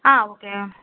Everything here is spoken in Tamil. ஆ ஓகே